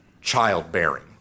childbearing